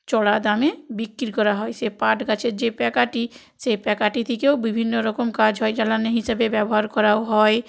চড়া দামে বিক্রি করা হয় সে পাট গাছের যে প্যাকাটি সে প্যাকাটি থেকেও বিভিন্ন রকম কাজ হয় জ্বালানি হিসেবে ব্যবহার করাও হয়